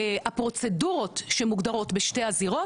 הפרוצדורות שמוגדרות בשתי הזירות,